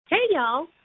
hey, y'all.